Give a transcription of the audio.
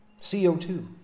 CO2